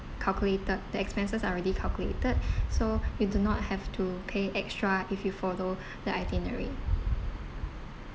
calculated the expenses are already calculated so you do not have to pay extra if you follow the itenerary